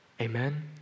Amen